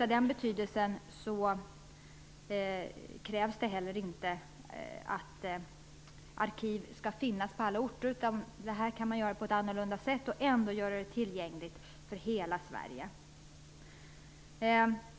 Av den anledningen krävs det heller inte att arkiv skall finnas på alla orter. Man kan göra på ett annorlunda sätt och ändå göra det tillgängligt över hela Sverige.